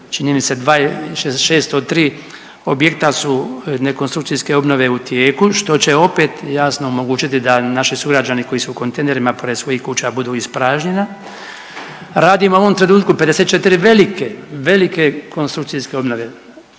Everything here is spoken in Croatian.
čini mi se 603 objekta su nekonstrukcijske obnove u tijeku što će opet jasno omogućiti da naši sugrađani koji su u kontejnerima pored svojih kuća budu ispražnjena. Radimo u ovom trenutku 54 velike, velike konstrukcijske obnove